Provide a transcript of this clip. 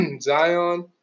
Zion